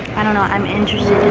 i don't know i'm interested